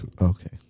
Okay